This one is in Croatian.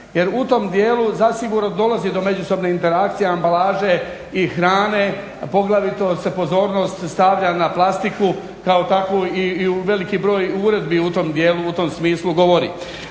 Jer u tom dijelu zasigurno dolazi do međusobne interakcije ambalaže i hrane poglavito se pozornost stavlja na plastiku kao takvu i veliki broj uredbi u tom dijelu, u tom smislu govori.